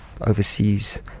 overseas